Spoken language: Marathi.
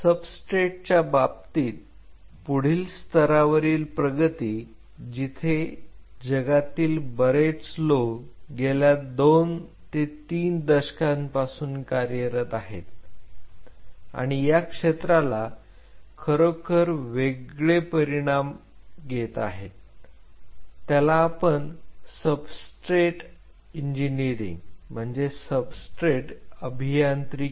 सब्सट्रेटच्या बाबतीत पुढील स्तरातील प्रगती जेथे जगातील बरेच लोक गेल्या 2 ते 3 दशकांपासून कार्यरत आहेत आणि या क्षेत्राला खरोखर वेगळे परिमाण घेत आहेत त्याला आपण सबस्ट्रेट अभियांत्रिकी असे म्हणतो